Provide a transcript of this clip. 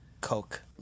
Coke